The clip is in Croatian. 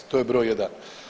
To je broj jedan.